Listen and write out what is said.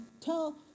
tell